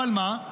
אבל מה?